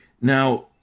now